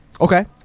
Okay